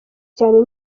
cyane